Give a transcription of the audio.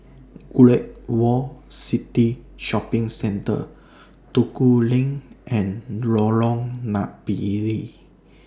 Great World City Shopping Centre Duku Lane and Lorong Napiri